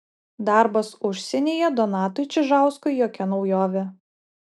darbas užsienyje donatui čižauskui jokia naujovė